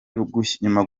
gushyiraho